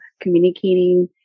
communicating